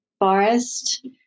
forest